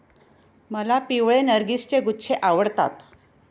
मला पिवळे नर्गिसचे गुच्छे आवडतात